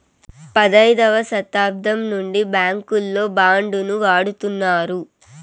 పదైదవ శతాబ్దం నుండి బ్యాంకుల్లో బాండ్ ను వాడుతున్నారు